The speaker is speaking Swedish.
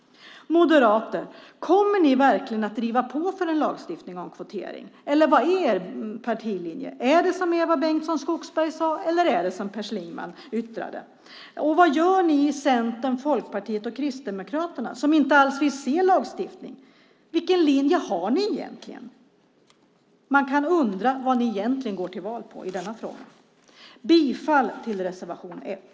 Moderater! Kommer ni verkligen att driva på för en lagstiftning om kvotering, eller vad är er partilinje? Är det som Eva Bengtson Skogsberg sade, eller är det som Per Schlingmann yttrade? Vad gör ni i Centern, Folkpartiet och Kristdemokraterna som inte alls vill se en lagstiftning? Vilken linje har ni egentligen? Man kan undra vad ni egentligen går till val på i denna fråga. Jag yrkar bifall till reservation 1.